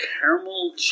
caramel